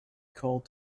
called